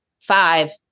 five